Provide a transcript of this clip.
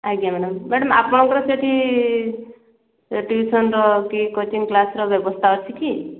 ଆଜ୍ଞା madam madam ଆପଣଙ୍କର ସେଠି ଏ ଟିଉସନ୍ର କି କୋଚିଙ୍ଗ୍ କ୍ଲାସ୍ର ବ୍ୟବସ୍ଥା ଅଛି କି